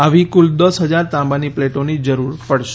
આવી કુલ દસ હજાર તાંબાની પ્લેટોની જરૂર પડશે